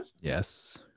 Yes